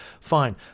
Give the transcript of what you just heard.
fine